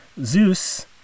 Zeus